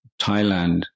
Thailand